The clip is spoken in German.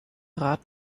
rat